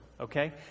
okay